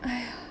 !aiya!